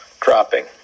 dropping